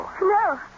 No